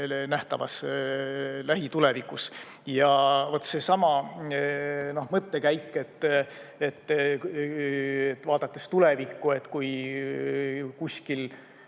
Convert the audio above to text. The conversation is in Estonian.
nähtavas lähitulevikus. Ja vot seesama mõttekäik, et vaadates tulevikku, et kui kuskil